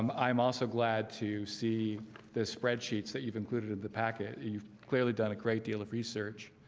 um i'm also glad to see the spreadsheets that you've included the package you've clearly done a great deal of research